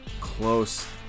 close